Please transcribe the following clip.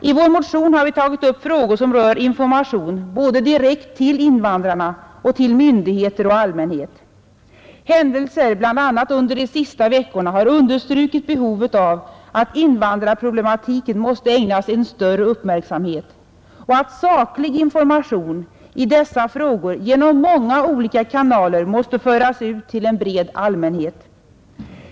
I vår motion har vi tagit upp frågor som rör information, både direkt till invandrarna och till myndigheter och allmänhet. Händelser, bl.a. under de senaste veckorna, har understrukit behovet av att invandrarproblematiken ägnas större uppmärksamhet. Saklig information i dessa frågor genom många olika kanaler måste föras ut till en bred allmänhet.